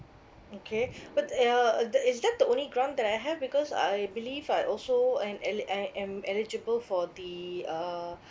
okay but err err is that the only grant that I have because I believe I also en~ eli~ I am eligible for the uh